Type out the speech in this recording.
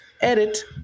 Edit